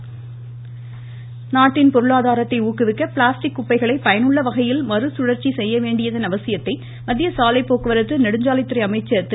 நிதின் கட்காரி நாட்டின் பொருளாதாரத்தை ஊக்குவிக்க பிளாஸ்டிக் குப்பைகளை பயனுள்ளவகையில் மறுசுழற்சி செய்ய வேண்டியதன் அவசியத்தை மத்திய சாலை போக்குவரத்து நெடுஞ்சாலைத்துறை அமைச்சர் திரு